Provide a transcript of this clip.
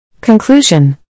Conclusion